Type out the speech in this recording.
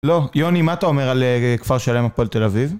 לא, יוני, מה אתה אומר על כפר שלם הפועל תל-אביב?